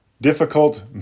difficult